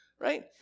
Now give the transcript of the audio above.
right